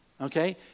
Okay